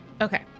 okay